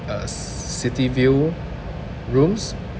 uh city view rooms